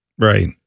Right